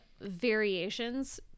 variations